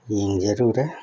ꯌꯦꯡꯖꯔꯨꯔꯦ